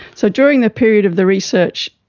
so during the period of the research,